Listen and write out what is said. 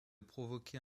provoquer